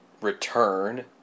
return